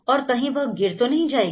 और कहीं वह गिर तो नहीं जाएगी